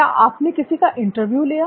क्या आपने किसी का इंटरव्यू लिया